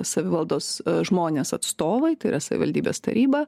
savivaldos žmonės atstovai tai yra savivaldybės taryba